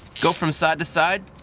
go from side to side